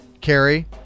Carrie